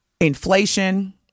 inflation